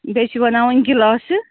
بیٚیہِ چھِ بَناوٕنۍ گِلاسہٕ